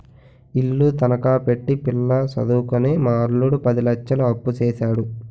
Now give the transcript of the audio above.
ఇల్లు తనఖా పెట్టి పిల్ల సదువుకని మా అల్లుడు పది లచ్చలు అప్పుసేసాడు